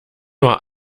nur